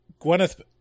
Gwyneth